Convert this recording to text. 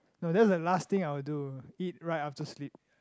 no that's the last thing I'll do eat right after sleep